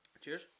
cheers